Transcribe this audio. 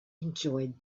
enjoyed